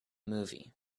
movie